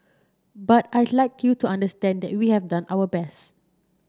but I'd like you to understand that we have done our best